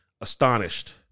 astonished